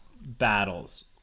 battles